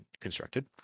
constructed